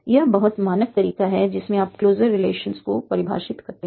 यह बहुत मानक तरीका है जिसमें आप क्लोजर रिलेशंस को परिभाषित करते हैं